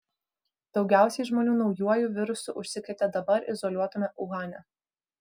daugiausiai žmonių naujuoju virusu užsikrėtė dabar izoliuotame uhane